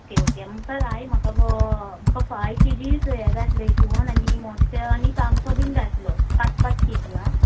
okay okay म्हाका जाय म्हाका म्हाका फायव केजीस हें जाय आसलें इसवण आनी मोडशे आनी तामसो बीन जाय आसलो पांच पांच केजी आं